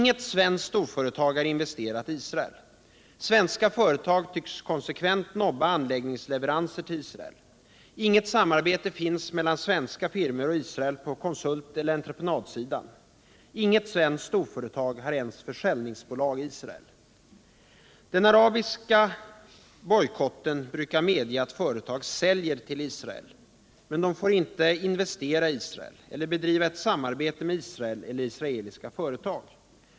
Inget svenskt storföretag har investerat i Israel. Svenska företag tycks konsekvent säga nej till anläggningsleveranser till Israel. Inget samarbete finns mellan svenska firmor och Israel på konsulteller entreprenadområdena. Inget svenskt storföretag har ens försäljningsbolag i Israel. Den arabiska bojkotten brukar medge att företag säljer till Israel. Men de får inte investera i Israel eller bedriva ett samarbete med Israel eller israeliska företag.